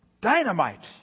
dynamite